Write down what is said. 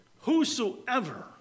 Whosoever